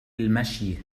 المشي